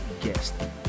guest